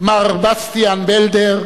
מר בסטיאן בלדר,